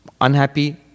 unhappy